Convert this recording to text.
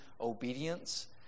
obedience